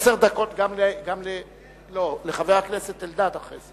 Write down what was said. עשר דקות, לא, אחרי זה